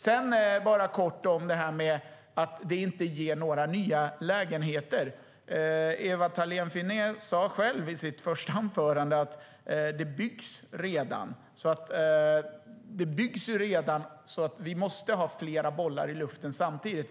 Låt mig säga något kort om att detta inte innebär nya lägenheter. Ewa Thalén Finné sade själv i sitt första anförande att det byggs redan, och vi måste ha flera bollar i luften samtidigt.